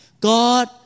God